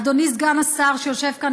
אדוני סגן השר שיושב כאן,